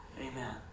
Amen